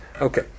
Okay